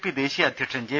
P ദേശീയ അധ്യക്ഷൻ J